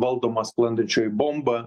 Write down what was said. valdoma sklandančioji bomba